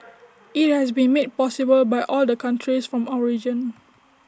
IT has been made possible by all the countries from our region